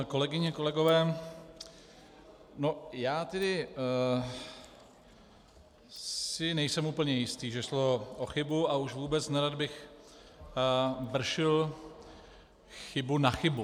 Kolegyně, kolegové, já tedy si nejsem úplně jistý, že šlo o chybu, a už vůbec nerad bych vršil chybu na chybu.